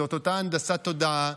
זו אותה הנדסת תודעה,